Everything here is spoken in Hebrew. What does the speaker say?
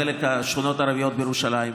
בחלק של השכונות הערביות בירושלים.